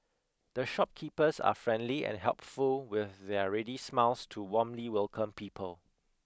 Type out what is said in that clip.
the shopkeepers are friendly and helpful with their ready smiles to warmly welcome people